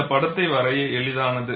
இந்த படத்தை வரைய எளிதானது